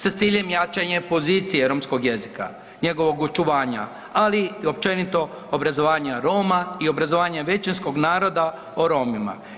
Sa ciljem jačanja pozicije romskog jezika, njegovog očuvanja, ali općenito obrazovanja Roma i obrazovanja većinskog naroda o Romima.